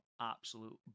absolute